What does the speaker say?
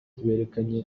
berekanye